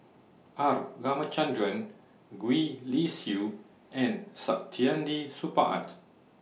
R Ramachandran Gwee Li Sui and Saktiandi Supaat